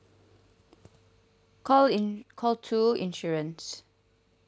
call in call two insurance